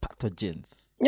pathogens